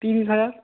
তিরিশ হাজার